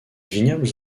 vignobles